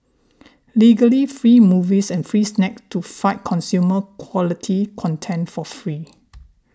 legally free movies and free snacks to fight consume quality content for free